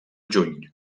juny